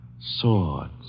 swords